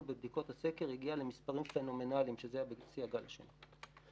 בבדיקות הסקר הגיע למספרים פנומנליים שזה היה בקצה הגל השני.